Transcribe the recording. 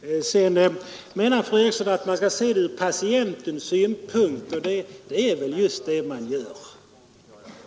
Fru Eriksson menar att man skall se frågan från patientens synpunkt. Ja, det är just det man gör.